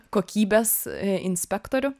kokybės inspektorių